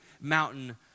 mountain